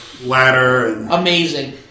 Amazing